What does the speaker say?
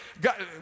God